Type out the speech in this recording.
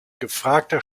gefragter